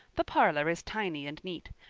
the parlor is tiny and neat.